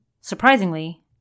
surprisingly